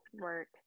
work